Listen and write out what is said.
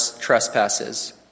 trespasses